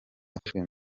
yafashwe